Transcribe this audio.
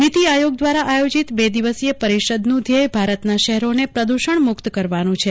નીતિ આયોગ દ્વારા આયોજીત બે દિવસીય પરિષદનું ધ્યેય ભારતના શહેરોને પ્રદૂષણ મુક્ત કરવાનું છે